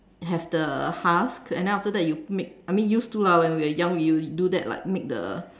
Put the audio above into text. have the husk and then after that you make I mean used to lah when we were young we will do that make the